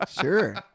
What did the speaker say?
Sure